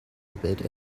bit